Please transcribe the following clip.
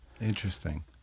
interesting